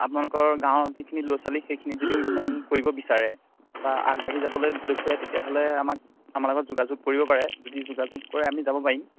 আপোনালোকৰ গাঁৱৰ যিখিনি ল'ৰা ছোৱালী সেইখিনি যদি উন্নয়ন কৰিব বিচাৰে বা আগবাঢ়ি যাবলৈ দেখুৱাই তেতিয়াহ'লে আমাক আমাৰ লগত যোগাযোগ কৰিব পাৰে যদি যোগাযোগ কৰে আমি যাব পাৰিম